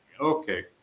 okay